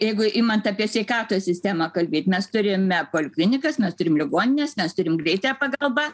jeigu imant apie sveikatos sistemą kalbėt mes turime poliklinikas mes turim ligonines mes turim greitąją pagalbą